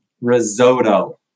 Risotto